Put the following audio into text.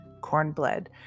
cornbread